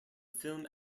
film